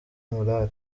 morale